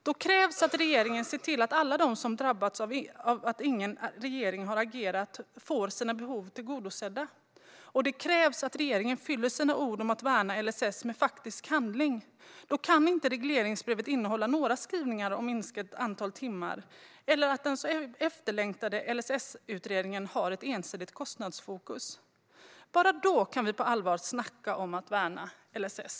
Då krävs det att regeringen ser till att alla de som har drabbats av att ingen regering har agerat får sina behov tillgodosedda. Det krävs att regeringen fyller sina ord om att värna LSS med faktisk handling. Då kan inte regleringsbrevet innehålla några skrivningar om minskat antal timmar, och den så efterlängtade LSS-utredningen kan inte ha ett så ensidigt kostnadsfokus. Bara då kan vi på allvar snacka om att värna LSS.